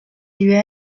起源